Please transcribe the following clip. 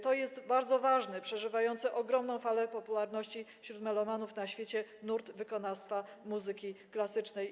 To jest bardzo ważny, przeżywający ogromną falę popularności wśród melomanów na świecie nurt wykonawstwa muzyki klasycznej.